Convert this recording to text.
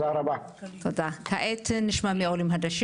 חבר הכנסת לשעבר מילר.